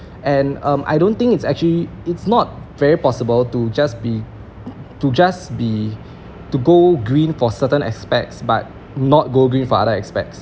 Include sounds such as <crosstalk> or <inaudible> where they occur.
and um I don't think it's actually it's not very possible to just be to just be <breath> to go green for certain aspects but not go green for other aspects